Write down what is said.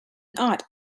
not